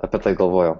apie tai galvojau